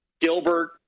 Gilbert